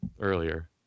earlier